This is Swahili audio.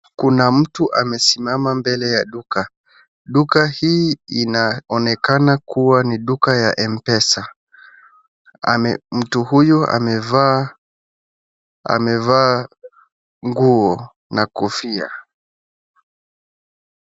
Kuna mtu amesimama mbele ya duka, duka hii inaonekana kuwa ni duka ya M-pesa, ame, mtu huyu amevaa, amevaa nguo na kofia.